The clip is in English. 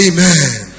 Amen